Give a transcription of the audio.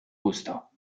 busto